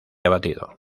abatido